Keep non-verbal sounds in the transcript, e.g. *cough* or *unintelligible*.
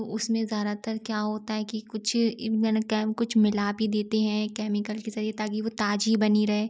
तो उसमें ज़्यादातर क्या होता है की कुछ *unintelligible* केम कुछ मिला भी देते हैं केमिकल की सही ताकि वह ताज़ी बनी रहे